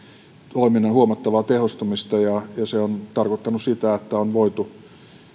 toiminnan huomattavaa tehostumista ja se on tarkoittanut sitä että on voitu